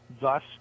thus